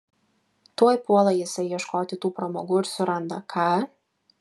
tuoj puola jisai ieškoti tų pramogų ir suranda ką